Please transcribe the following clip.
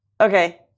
Okay